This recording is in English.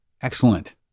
Excellent